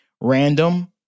Random